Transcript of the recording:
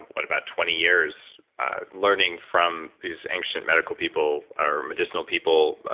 but about twenty years learning from these ancient medical people or medicinal people.